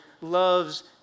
loves